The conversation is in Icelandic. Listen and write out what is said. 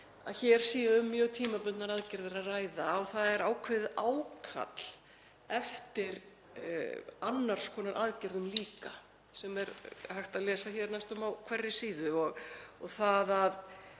að hér sé um mjög tímabundnar aðgerðir að ræða. Það er ákveðið ákall eftir annars konar aðgerðum líka, sem er hægt að lesa um hér næstum á hverri síðu, og að það